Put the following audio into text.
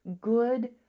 good